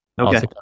Okay